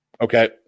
Okay